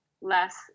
less